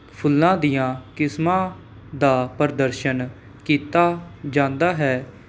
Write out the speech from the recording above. ਫੁੱਲਾਂ ਦੀਆਂ ਕਿਸਮਾਂ ਦਾ ਪ੍ਰਦਰਸ਼ਨ ਕੀਤਾ ਜਾਂਦਾ ਹੈ